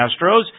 Astros